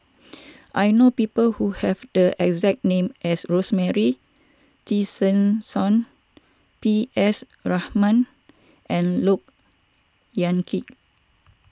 I know people who have the exact name as Rosemary Tessensohn P S Rahaman and Look Yan Kit